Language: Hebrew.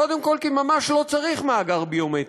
קודם כול כי ממש לא צריך מאגר ביומטרי.